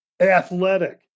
athletic